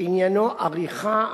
שעניינו עריכה,